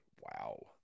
Wow